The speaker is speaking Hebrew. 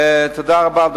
תודה רבה.